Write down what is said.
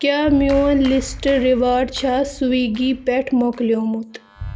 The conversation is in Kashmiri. کیٛاہ میٛون لِسٹہٕ ریوٲرڈ چھا سُوِگی پٮ۪ٹھ مۄکلیٛوومُت